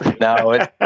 No